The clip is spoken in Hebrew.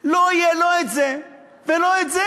לא יהיה לא זה ולא זה.